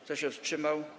Kto się wstrzymał?